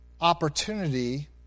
opportunity